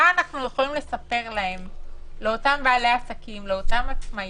מה אנחנו יכולים לספר לאותם בעלי עסקים ולאותם עצמאים,